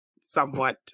somewhat